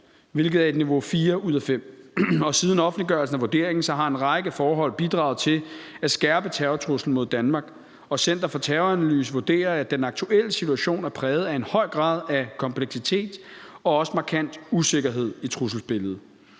hvilket er niveau 4 ud af 5. Siden offentliggørelsen af vurderingen har en række forhold bidraget til at skærpe terrortruslen mod Danmark, og Center for Terroranalyse vurderer, at den aktuelle situation er præget af en høj grad af kompleksitet og også markant usikkerhed i trusselsbilledet.